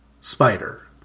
Spider